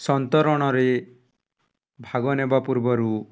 ସନ୍ତରଣରେ ଭାଗ ନେବା ପୂର୍ବରୁ